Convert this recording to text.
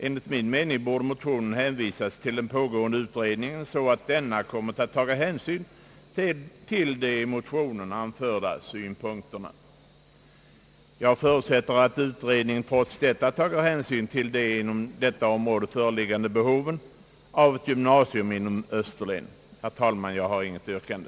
Enligt min mening borde motionen ha hänvisats till den pågående utredningen så att denna kunnat ta hänsyn till de i motionen anförda syn punkterna. Jag förutsätter att utredningen trots detta tar hänsyn till de inom detta område föreliggande behoven av ett gymnasium inom Österlen. Herr talman! Jag har intet yrkande.